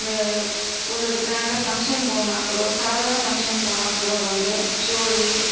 அந்த ஒரு கிராண்டாக ஃபங்க்ஷன் போனால் கூட சாதாரண ஃபங்க்ஷன் போனால் கூட வந்து சோலி